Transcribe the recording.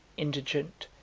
indigent,